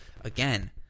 again